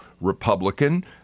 Republican